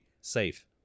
safe